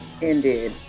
Indeed